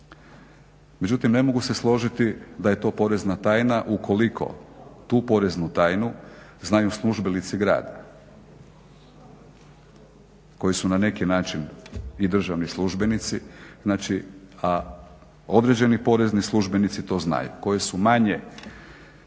međutim ne mogu se složiti da je to porezna tajna ukoliko tu poreznu tajnu znaju službenici grada koji su na neki način i državni službenici, znači, a određeni porezni službenici to znaju, koji su manje,